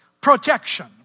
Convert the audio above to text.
protection